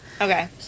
Okay